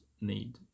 need